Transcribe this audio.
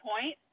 point